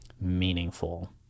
meaningful